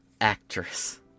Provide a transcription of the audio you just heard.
actress